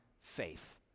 faith